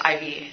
IV